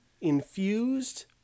Infused